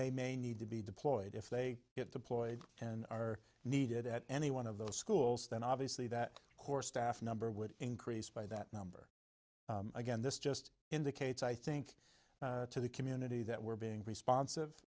they may need to be deployed if they get deployed and are needed at any one of those schools then obviously that core staff number would increase by that number again this just indicates i think to the community that we're being responsive